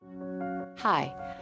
Hi